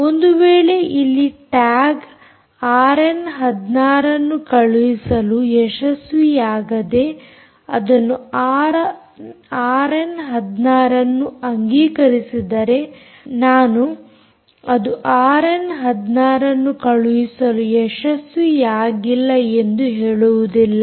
ಒಂದು ವೇಳೆ ಇಲ್ಲಿ ಟ್ಯಾಗ್ ಆರ್ಎನ್16ನ್ನು ಕಳುಹಿಸಲು ಯಶಸ್ವಿಯಾಗದೆ ಅದು ಆರ್ಎನ್16ನ್ನು ಅಂಗೀಕರಿಸಿದರೆ ನಾನು ಅದು ಆರ್ಎನ್16ನ್ನು ಕಳುಹಿಸಲು ಯಶಸ್ವಿಯಾಗಿಲ್ಲ ಎಂದು ಹೇಳುವುದಿಲ್ಲ